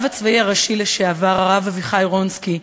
הרב הצבאי הראשי לשעבר, הרב אביחי רונצקי,